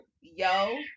Yo